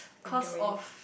cause of